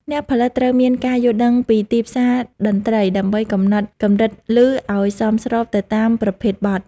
អ្នកផលិតត្រូវមានការយល់ដឹងពីទីផ្សារតន្ត្រីដើម្បីកំណត់កម្រិតឮឱ្យសមស្របទៅតាមប្រភេទបទ។